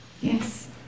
Yes